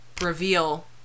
reveal